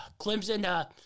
Clemson –